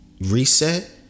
reset